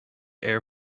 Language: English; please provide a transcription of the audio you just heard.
air